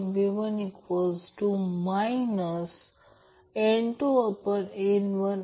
आणि बँडविड्थ ω2 ω1 आहे किंवा ती रेडियन पर सेकंड आहे किंवा हर्ट्झमध्ये f2 f1 आहे